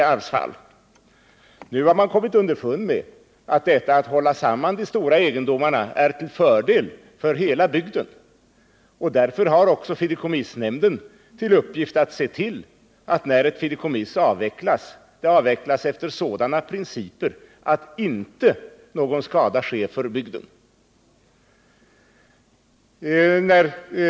Nu har man kommit underfund med att detta att hålla samman de stora egendomarna är till fördel för hela bygden. Därför har också fideikommissnämnden till uppgift att se till att ett fideikommiss, när det avvecklas, avvecklas efter sådana principer att någon skada för bygden inte sker.